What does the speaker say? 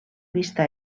vista